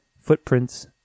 Footprints